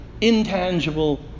intangible